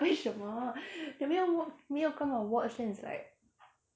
为什么你没有 wa~ 没有看到 watch then it's like